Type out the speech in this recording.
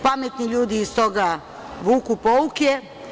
Pametni ljudi iz toga vuku pouke.